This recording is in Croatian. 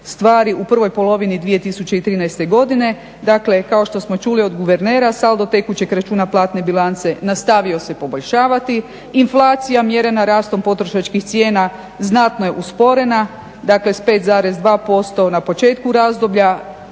u prvoj polovini 2013. godine. Dakle, kao što smo čuli od guvernera saldo tekućeg računa platne bilance nastavio se poboljšavati, inflacija mjerena rastom potrošačkih cijena znatno je usporena, dakle s 5,2% na početku razdoblja